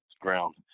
ground